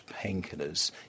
painkillers